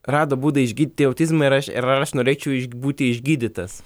rado būdą išgydyti autizmą ir aš ir ar aš norėčiau būti išgydytas